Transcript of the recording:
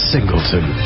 Singleton